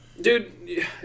Dude